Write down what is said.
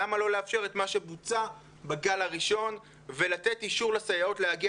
למה לא לאפשר את מה שבוצע בגל הראשון ולתת אישור לסייעות להגיע